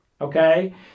Okay